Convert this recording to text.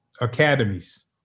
academies